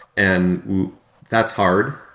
and that's hard.